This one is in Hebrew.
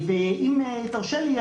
ואם תרשה לי,